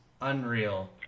unreal